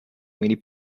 many